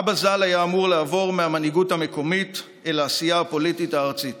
אבא ז"ל היה אמור לעבור מהמנהיגות המקומית אל העשייה הפוליטית הארצית